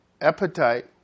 appetite